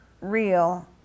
real